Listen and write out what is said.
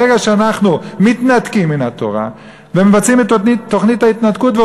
ברגע שאנחנו מתנתקים מהתורה ומבצעים את תוכנית ההתנתקות,